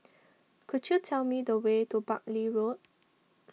could you tell me the way to Buckley Road